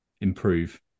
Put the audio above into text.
improve